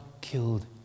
killed